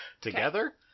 Together